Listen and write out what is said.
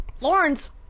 Lawrence